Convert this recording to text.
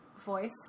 voice